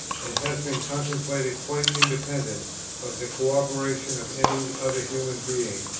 and has been contemplated quite independent of the co-operation of any other human being,